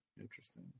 Interesting